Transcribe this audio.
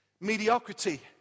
mediocrity